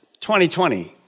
2020